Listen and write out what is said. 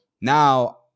now